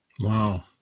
Wow